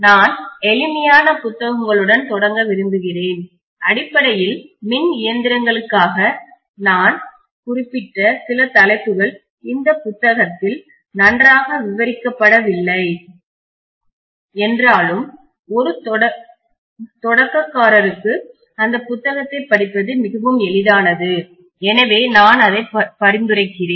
நான் எளிமையான புத்தகங்களுடன் தொடங்க விரும்புகிறேன் அடிப்படையில் மின் இயந்திரங்களுக்காக நான் குறிப்பிட்ட சில தலைப்புகள் இந்த புத்தகத்தில் நன்றாக விவரிக்கப்படவில்லை என்றாலும் ஒரு தொடக்கக்காரருக்கு அந்த புத்தகத்தைப் படிப்பது மிகவும் எளிதானது எனவே நான் அதை பரிந்துரைக்கிறேன்